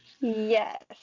Yes